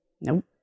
Nope